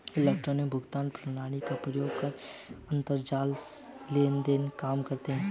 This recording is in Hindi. इलेक्ट्रॉनिक भुगतान प्रणाली का प्रयोग कर अंतरजाल लेन देन काम करता है